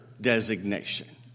designation